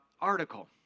article